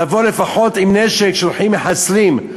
לבוא לפחות עם נשק, שולחים מחסלים.